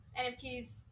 nfts